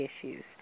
issues